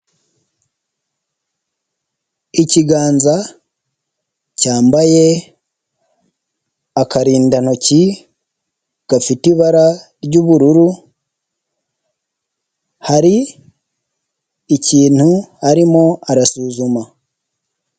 Ikiganza cyambaye akarindantoki gafite ibara ry'ubururu, hari ikintu arimo arasuzuma.